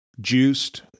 juiced